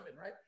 right